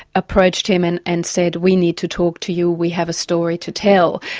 approached him and and said, we need to talk to you, we have a story to tell.